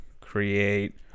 Create